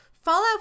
Fallout